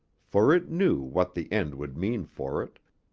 for it knew what the end would mean for it.